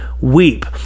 weep